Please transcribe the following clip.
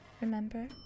remember